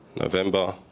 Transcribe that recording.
november